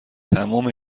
تمام